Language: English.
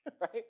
right